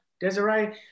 Desiree